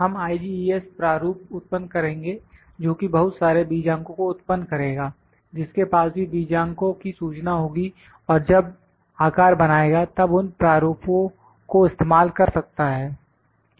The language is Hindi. हम IGES प्रारूप उत्पन्न करेंगे जोकि बहुत सारे बीजांको को उत्पन्न करेगा जिसके पास भी बीजांको की सूचना होगी और जब आकार बनाएगा तब उन प्रारूपों को इस्तेमाल कर सकता है